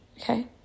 okay